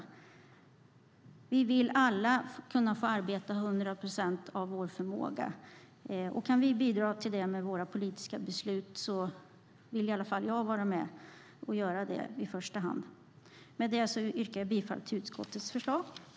Alla vill vi kunna få arbeta 100 procent av vår förmåga. Kan vi med våra politiska beslut bidra till det vill i alla fall jag i första hand vara med och göra det. Med detta yrkar jag bifall till utskottets förslag i betänkandet.